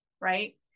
right